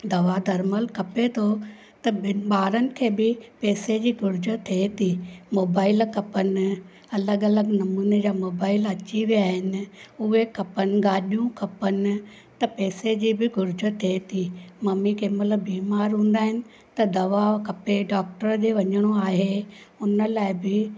दवा दरमल खपे थो त ॿिनि ॿारनि खे बि पैसे जी घुर्ज थिए थी मोबाइल खपनि अलॻि अलॻि नमूने जा मोबाइल अची विया आहिनि उहे खपनि गाॾियूं खपनि त पैसे जी बि घुर्ज थिए थी ममी कंहिं महिल बीमार हूंदा आहिनि त दवा खपे डॉक्टर ॾे वञणो आहे उन लाइ बि